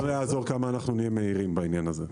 לא יעזור כמה אנחנו נהיה מהירים בעניין הזה.